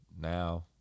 now